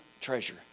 treasure